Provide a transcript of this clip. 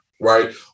right